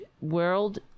World